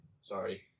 Sorry